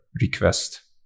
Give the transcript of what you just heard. request